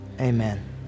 Amen